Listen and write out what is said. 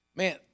Man